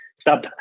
Stop